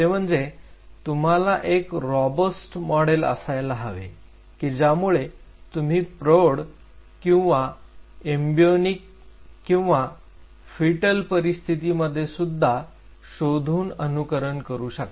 ते म्हणजे तुम्हाला एक रॉबस्ट मॉडेल असायला हवे की ज्यामुळे तुम्ही प्रौढ किंवा एम्ब्र्योनिक किंवा फिटल परिस्थितीमध्ये सुद्धा शोधून अनुकरण करू शकता